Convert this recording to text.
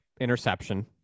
interception